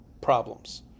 problems